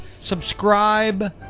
Subscribe